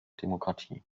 demokratie